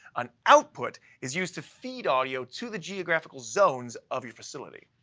an output is used to feed audio to the geographical zones of your facility.